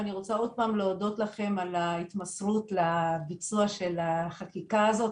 ואני רוצה עוד פעם להודות לכם על ההתמסרות לביצוע של החקיקה הזאת,